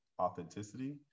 authenticity